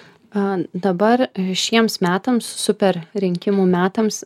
a dabar šiems metams super rinkimų metams